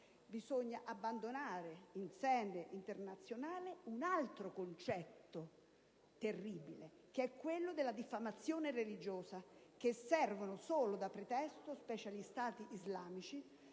Bisogna abbandonare in sede internazionale un altro concetto terribile, che è quello della diffamazione religiosa, che serve solo da pretesto, specie agli Stati islamici,